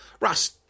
russ